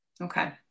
Okay